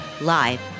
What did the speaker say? live